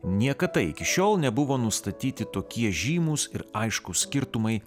niekata iki šiol nebuvo nustatyti tokie žymūs ir aiškūs skirtumai